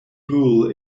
bull